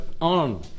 on